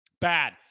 bad